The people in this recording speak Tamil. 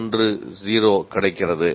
610 கிடைக்கிறது